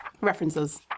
References